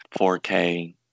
4k